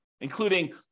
including